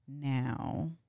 now